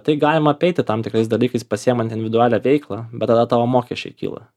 tai galima apeiti tam tikrais dalykais pasiimant individualią veiklą bet tada tavo mokesčiai kyla